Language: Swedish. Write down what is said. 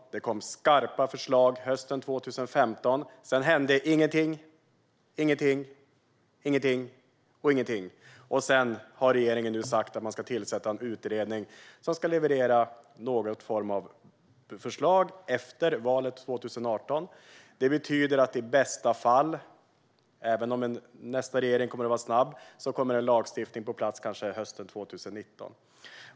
Det kom skarpa förslag hösten 2015. Sedan hände ingenting, ingenting, ingenting och ingenting. Nu har regeringen sagt att man ska tillsätta en utredning som ska leverera någon form av förslag efter valet 2018. Även om nästa regering kommer att vara snabb kommer en lagstiftning i bästa fall att vara på plats kanske hösten 2019.